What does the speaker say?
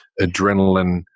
adrenaline